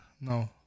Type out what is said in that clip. No